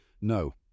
No